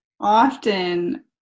often